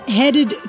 headed